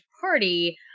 party